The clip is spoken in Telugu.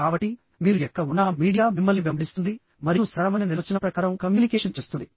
కాబట్టి మీరు ఎక్కడ ఉన్నా మీడియా మిమ్మల్ని వెంబడిస్తుంది మరియు సరళమైన నిర్వచనం ప్రకారం కమ్యూనికేషన్ చేస్తుంది